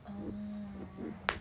oh